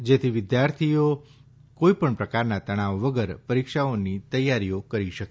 જેથી વિદ્યાર્થીઓ કોઇપણ પ્રકારના તણાવ વગર પરીક્ષાઓની તૈયારીઓ કરી શકે